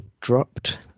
dropped